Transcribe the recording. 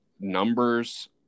numbers